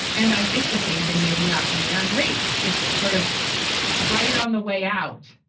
and i think the same thing may be happening around race, just sort of right on the way out.